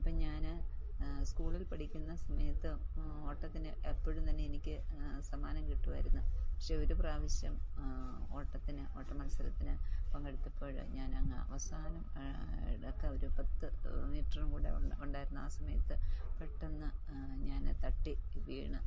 അപ്പോള് ഞാന് സ്കൂളിൽ പഠിക്കുന്ന സമയത്ത് ഓട്ടത്തിന് എപ്പോഴും തന്നെ എനിക്ക് സമ്മാനം കിട്ടുമായിരുന്നു പക്ഷെ ഒരു പ്രാവശ്യം ഓട്ടത്തിന് ഓട്ട മത്സരത്തിന് പങ്കെടുത്തപ്പോള് ഞാനങ്ങ് അവസാനം അടുക്ക ഒരു പത്ത് മീറ്ററും കൂടെ ഒ ഉണ്ടായിരുന്നു ആ സമയത്ത് പെട്ടെന്ന് ഞാന് തട്ടി വീണ്